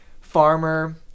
farmer